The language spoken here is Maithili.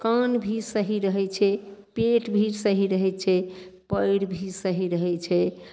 कान भी सही रहय छै पेट भी सही रहय छै पयर भी सही रहय छै